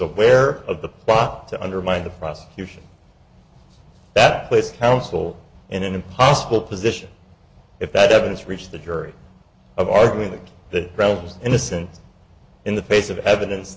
aware of the plot to undermine the prosecution that placed counsel in an impossible position if that evidence reached the jury of arming the rebels innocent in the face of evidence